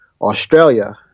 Australia